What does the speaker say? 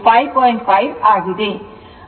5 ಆಗಿದೆ